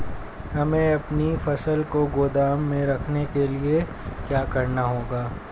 हमें अपनी फसल को गोदाम में रखने के लिये क्या करना होगा?